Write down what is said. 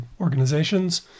organizations